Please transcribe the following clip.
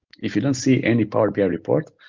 if you don't see any power bi report,